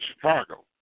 Chicago